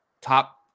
top